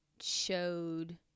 showed